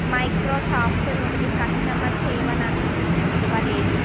Microsoft నుండి customer సేవ నన్ను తిరిగి పిలవలేదు